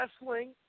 wrestling